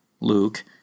Luke